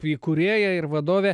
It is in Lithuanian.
įkūrėja ir vadovė